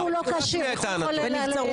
איך הוא ישמיע את טענתו?